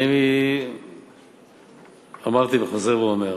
אני אמרתי וחוזר ואומר,